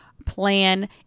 plan